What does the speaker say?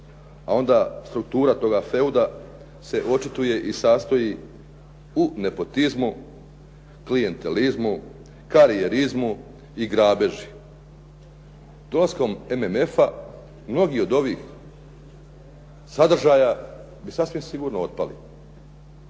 a onda struktura toga feuda se očituje i sastoji u nepotizmu, klijentelizmu, karijerizmu i grabeži. Dolaskom MMF-a mnogi od ovih sadržaja bi sasvim sigurno otpali.